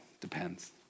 depends